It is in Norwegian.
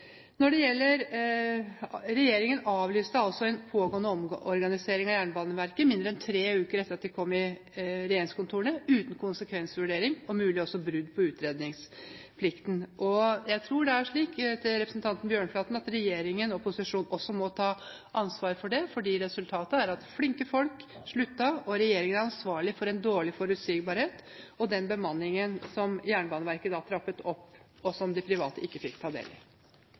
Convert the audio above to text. avlyste altså en pågående omorganisering av Jernbaneverket mindre enn tre uker etter at de kom i regjeringskontorene, uten konsekvensvurdering og med mulig brudd på utredningsplikten. Jeg tror det er slik – til representanten Bjørnflaten – at regjeringen og posisjonen også må ta ansvar for det. Resultatet var at flinke folk sluttet, og regjeringen var ansvarlig for en dårlig forutsigbarhet med den bemanning Jernbaneverket da trappet opp, og som de private ikke fikk ta del i.